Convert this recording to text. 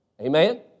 amen